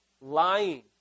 Lying